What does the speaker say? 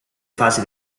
fasi